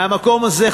מהמקום הזה,